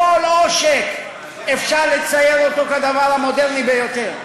כל עושק אפשר לצייר אותו כדבר המודרני ביותר.